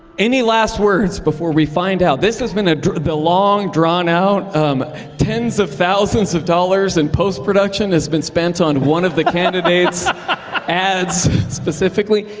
any last words before we find out? this has been ah the long, drawn-out tens of thousands of dollars in and post-production has been spent on one of the candidates' ads specifically.